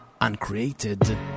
Uncreated